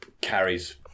carries